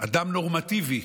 אדם נורמטיבי,